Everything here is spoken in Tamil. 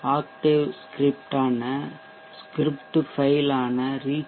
ஆக்டேவ் ஸ்கிரிப்ட் ஃபபைலான reachability